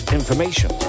information